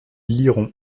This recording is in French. liront